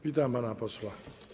Witam pana posła.